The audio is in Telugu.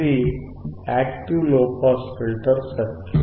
ఇది యాక్టివ్ లోపాస్ ఫిల్టర్ సర్క్యూట్